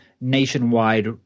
nationwide